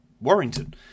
Warrington